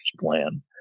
plan